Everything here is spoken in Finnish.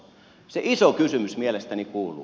se iso kysymys mielestäni kuuluu